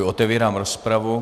Otevírám rozpravu.